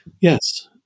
Yes